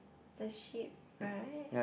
the ship right